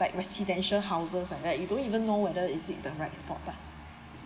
like residential houses like that you don't even know whether is it the right spot